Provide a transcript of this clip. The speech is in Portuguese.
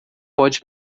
pode